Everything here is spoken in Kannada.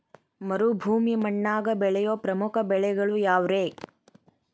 ಮರುಭೂಮಿ ಮಣ್ಣಾಗ ಬೆಳೆಯೋ ಪ್ರಮುಖ ಬೆಳೆಗಳು ಯಾವ್ರೇ?